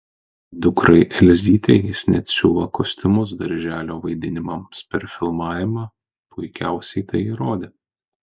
dukrai elzytei jis net siuva kostiumus darželio vaidinimams per filmavimą puikiausiai tai įrodė